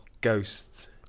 Ghosts